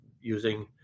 using